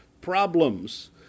problems